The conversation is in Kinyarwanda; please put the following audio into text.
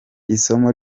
isomo